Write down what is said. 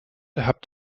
habt